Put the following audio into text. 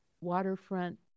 waterfront